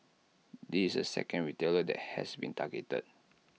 this is the second retailer has been targeted